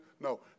no